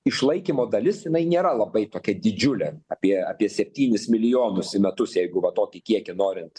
išlaikymo dalis jinai nėra labai tokia didžiulė apie apie septynis milijonus į metus jeigu va tokį kiekį norint